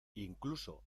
incluso